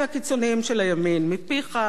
מפיך, רובי חברי,